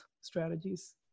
strategies